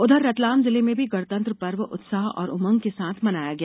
उधर रतलाम जिले में भी गणतंत्र पर्व उत्साह और उमंग के साथ मनाया गया